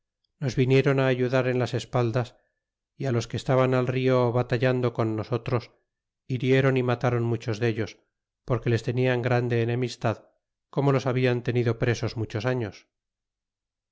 nos vinieron ayudar en las espaldas é los que estaban al rio batallando con nosotros hirieron y matron muchos dellos porque les tenian grande enemistad como los hablan tenido presos muchos años